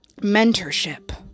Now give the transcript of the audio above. mentorship